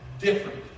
different